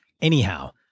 Anyhow